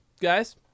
guys